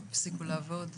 הפסיקו לעבוד?